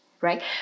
right